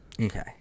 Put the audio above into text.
Okay